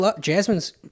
Jasmine's